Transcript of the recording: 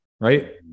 right